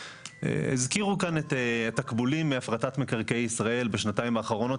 הזכירו כאן את התקבולים מהפרטת מקרקעי ישראל בשנתיים האחרונות,